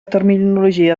terminologia